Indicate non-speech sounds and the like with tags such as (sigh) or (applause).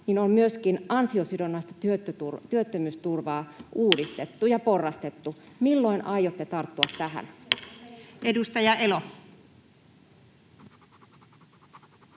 lisää, on myöskin ansiosidonnaista työttömyysturvaa uudistettu (noise) ja porrastettu. Milloin aiotte tarttua tähän? Edustaja Elo.